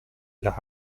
las